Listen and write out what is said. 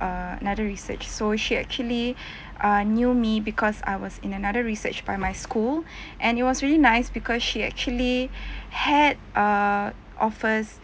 uh another research so she actually uh knew me because I was in another research by my school and it was really nice because she actually had err offers